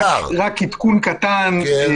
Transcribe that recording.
רק עדכון קטן,